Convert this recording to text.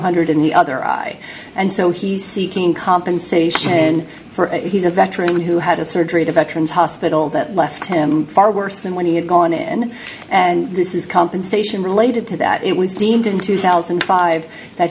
hundred in the other eye and so he's seeking compensation for it he's a veteran who had a surgery to veterans hospital that left him far worse than when he had gone in and this is compensation related to that it was deemed in two thousand and five that